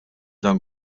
dan